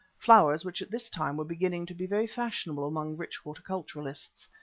flowers which at this time were beginning to be very fashionable among rich horticulturists.